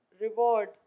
reward